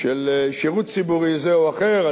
של שירות ציבורי זה או אחר,